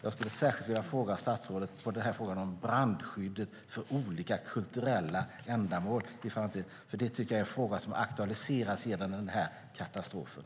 Jag skulle särskilt vilja fråga statsrådet om brandskyddet för olika kulturella ändamål i framtiden. Det är en fråga som aktualiseras genom den här katastrofen.